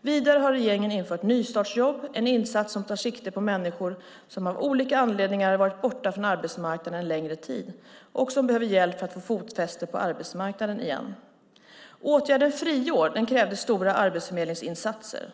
Vidare har regeringen infört nystartsjobb, en insats som tar sikte på människor som av olika anledningar har varit borta från arbetsmarknaden en längre tid och som behöver hjälp att få fotfäste på arbetsmarknaden. Åtgärden friår krävde stora arbetsförmedlingsinsatser.